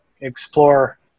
explore